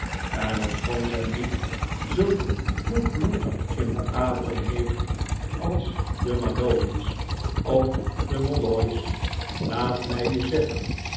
en ofschoon zij niet zulk goed bloed in de aderen heeft als de malony's of de molloy's laat mij u zeggen